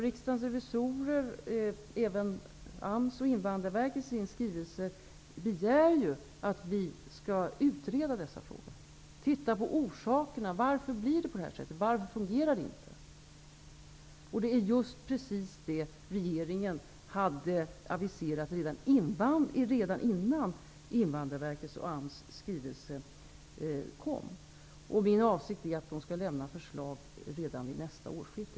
Riksdagens revisorer, och även AMS och Invandrarverket i sin skrivelse, begär ju att vi skall utreda dessa frågor, titta på orsakerna till att det blivit på det här sättet, att det inte fungerat. Det är precis vad regeringen hade aviserat redan innan Invandrarverkets och AMS skrivelse kom. Jag har begärt att förslag skall lämnas redan vid nästa årsskifte.